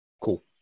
Cool